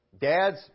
dads